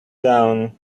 down